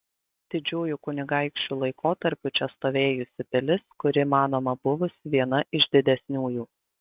didžiųjų kunigaikščių laikotarpiu čia stovėjusi pilis kuri manoma buvusi viena iš didesniųjų